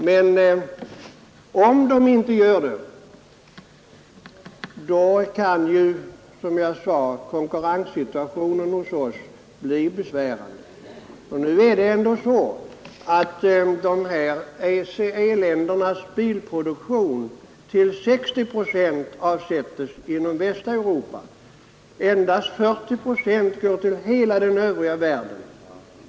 Men om de inte gör det, då kan ju, som jag sade, konkurrenssituationen hos oss bli besvärande. Nu är det ändå så att ECE-ländernas bilproduktion till 60 procent avsätts inom Västeuropa. Endast 40 procent går till hela den övriga världen.